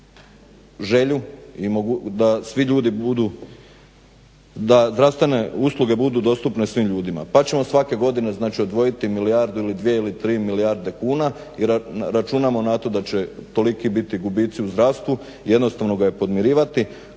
znači uz želju da zdravstvene usluge budu dostupne svim ljudima. Pa ćemo svake godine znači odvojiti milijardu ili 2 ili 3 milijarde kuna, računamo na to da će toliki biti gubici u zdravstvu. Jednostavno ga je podmirivati